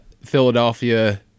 Philadelphia